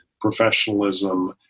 professionalism